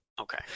Okay